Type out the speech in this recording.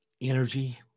energy